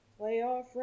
playoff